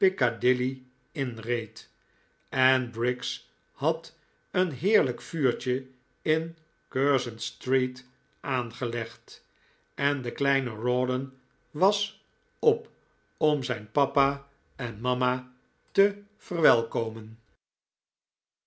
piccadilly inreed en briggs had een heerlijk vuurtje in curzon street aangelegd en de kleine rawdon was op om zijn papa en mama te verwelkomen